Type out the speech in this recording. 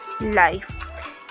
life